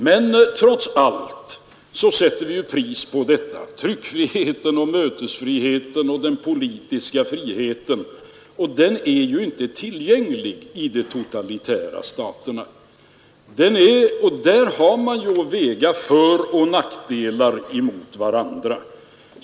Men trots allt sätter vi pris på tryckfriheten, mötesfriheten och den politiska friheten, och den är ju inte tillgänglig i de totalitära staterna. Här har man att väga föroch nackdelar mot varandra.